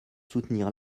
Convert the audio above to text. soutenir